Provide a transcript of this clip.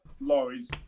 Lorries